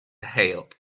help